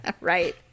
Right